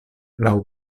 laŭ